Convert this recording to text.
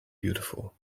beautiful